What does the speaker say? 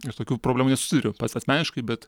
ir tokių problemų nesusiduriu pats asmeniškai bet